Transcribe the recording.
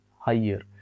higher